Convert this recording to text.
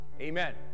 amen